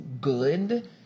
good